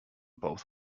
both